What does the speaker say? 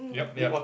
yup yup